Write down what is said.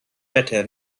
better